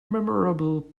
memorable